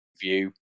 view